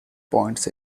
points